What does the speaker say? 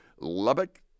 Lubbock